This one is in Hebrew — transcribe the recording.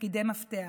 לתפקידי מפתח.